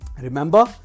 Remember